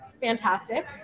fantastic